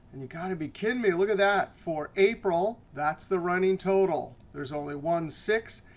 and you've gotta be kidding me. look at that. for april, that's the running total. there's only one six.